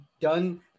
done